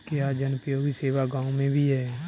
क्या जनोपयोगी सेवा गाँव में भी है?